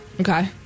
Okay